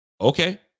Okay